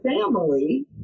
family